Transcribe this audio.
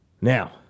Now